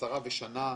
10 חודשים ושנה,